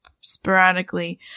sporadically